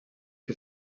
que